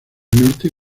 norte